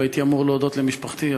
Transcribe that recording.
הייתי אמור להודות למשפחתי,